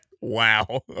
Wow